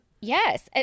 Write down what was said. Yes